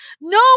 No